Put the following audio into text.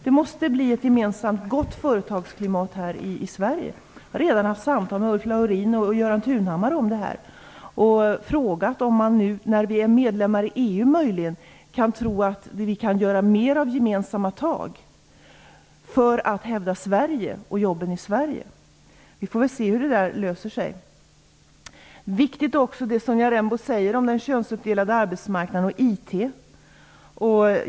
Det måste bli ett gemensamt gott företagsklimat i Sverige. Jag har redan haft samtal med Ulf Laurin och Göran Tunhammar om detta och frågat om vi nu när vi är medlemmar i EU kan ta mer gemensamma tag för att hävda Sverige och jobben i Sverige. Vi får väl se hur det löser sig. Det var viktigt det som Sonja Rembo sade om den könsuppdelade arbetsmarknaden och IT.